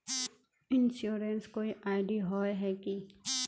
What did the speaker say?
Insurance कोई ID होय है की?